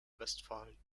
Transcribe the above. westfalen